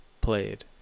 played